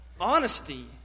honesty